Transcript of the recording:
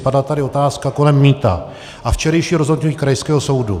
Padla tady otázka kolem mýta a včerejší rozhodnutí krajského soudu.